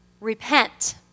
Repent